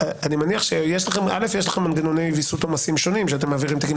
שיש לכם מנגנוני ויסות עומסים שונים; שאתם מעבירים תיקים